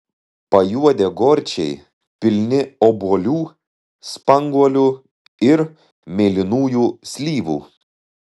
pajuodę gorčiai pilni obuolių spanguolių ir mėlynųjų slyvų